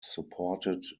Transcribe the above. supported